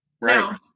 right